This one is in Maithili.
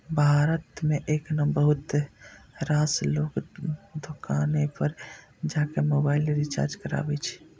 भारत मे एखनो बहुत रास लोग दोकाने पर जाके मोबाइल रिचार्ज कराबै छै